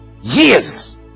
Yes